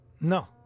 No